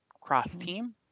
cross-team